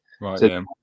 Right